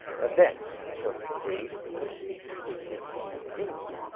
but then because ac is equal to bd,